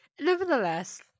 Nevertheless